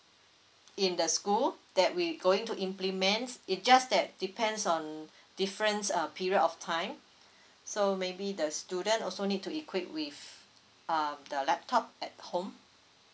in the school that we going to implement it just that depends on difference uh period of time so maybe the student also need to equipped with uh the laptop at home